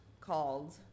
called